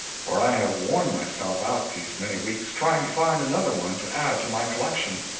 for i have worn myself out these many weeks trying to find another one to add to my collection,